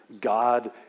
God